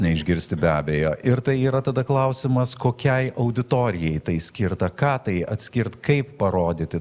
neišgirsti be abejo ir tai yra tada klausimas kokiai auditorijai tai skirta ką tai atskirt kaip parodyti